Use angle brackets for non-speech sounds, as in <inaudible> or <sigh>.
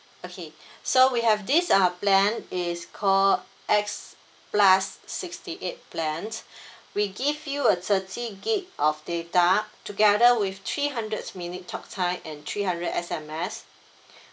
okay <breath> so we have this uh plan is call X plus sixty eight plans <breath> we give you a thirty gigabyte of data together with three hundreds minute talktime and three hundred S_M_S <breath>